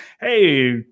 hey